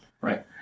right